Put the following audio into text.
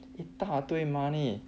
一大堆 money